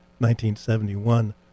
1971